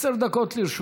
עשר דקות לרשותך.